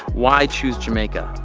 why choose jamaica?